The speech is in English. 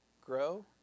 grow